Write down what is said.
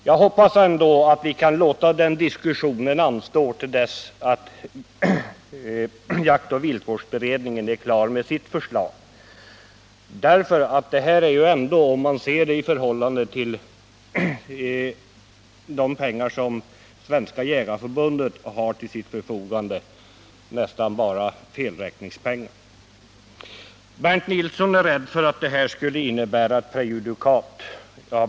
Jag hoppas att vi kan låta den diskussionen anstå till dess att jaktoch viltvårdsberedningen är klar med sitt förslag, för det är ändå, om man ser det i förhållande till de medel som Svenska jägareförbundet har till sitt förfogande, nästan bara felräkningspengar. Bernt Nilsson är rädd för att den här ordningen skulle innebära ett prejudikat.